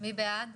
מי בעד?